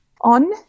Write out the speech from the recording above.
on